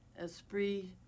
Esprit